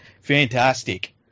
Fantastic